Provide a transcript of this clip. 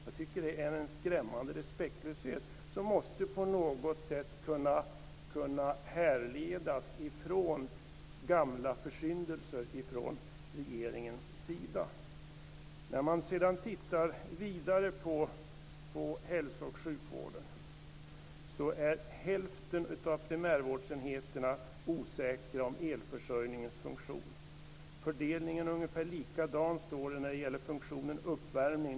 Jag tycker att det är en skrämmande respektlöshet som på något sätt måste kunna härledas till gamla försyndelser från regeringens sida. När man sedan tittar vidare på hälso och sjukvården finner man att hälften av primärvårdsenheterna är osäkra på elförsörjningens funktion. Det står att fördelningen är ungefär likadan när det gäller funktionen uppvärmning.